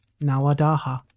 Nawadaha